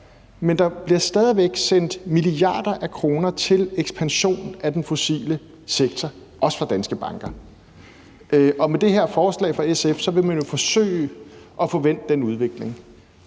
men der bliver stadig væk sendt milliarder af kroner til ekspansion af den fossile sektor, også fra danske banker. Og med det her forslag fra SF vil man jo forsøge at få vendt den udvikling.